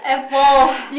Apple